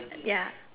ya